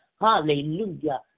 hallelujah